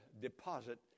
deposit